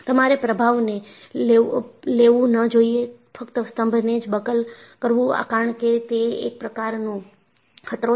તમારે પ્રભાવને લેવું ન જોઈએ ફક્ત સ્તંભને જ બકલ કરવું કારણ કે તે એક પ્રકારનો ખતરો છે